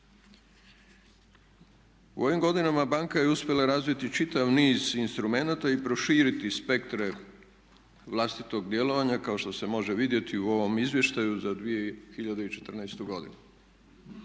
U ovim godinama banka je uspjela razviti čitav niz instrumenata i proširiti spektre vlastitog djelovanja kao što se može vidjeti i u ovom izvještaju za 2014. godinu.